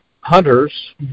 hunters